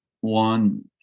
One